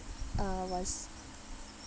uh was